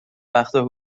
وقتا